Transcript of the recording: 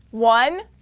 one.